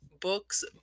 books